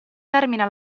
termina